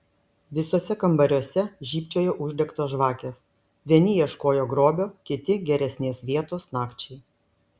visuose kambariuose žybčiojo uždegtos žvakės vieni ieškojo grobio kiti geresnės vietos nakčiai